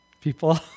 people